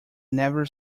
never